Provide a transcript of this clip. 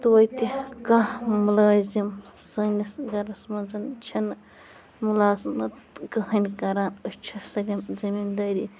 توتہِ کانٛہہ مٕلٲزم سٲنِس گَرس منٛز چھَنہٕ مُلازمت کٕہینۍ کَران أسۍ چھِ سٲلِم زٔمیٖن دٲری